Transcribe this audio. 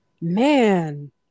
man